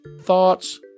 thoughts